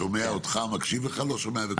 שומע אותך, מקשיב לך, לא שומע בקולך.